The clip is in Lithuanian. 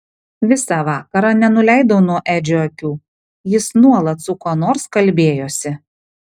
visą vakarą nenuleidau nuo edžio akių jis nuolat su kuo nors kalbėjosi